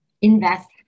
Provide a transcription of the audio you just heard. invest